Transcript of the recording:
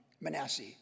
Manasseh